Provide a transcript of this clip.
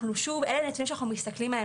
אלה הנתונים שאנחנו מסתכלים עליהם.